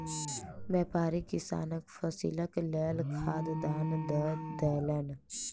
व्यापारी किसानक फसीलक लेल खाद दान दअ देलैन